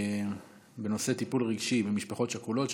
בנושא: טיפול רגשי ומשפחות שכולות,